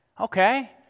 Okay